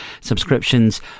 Subscriptions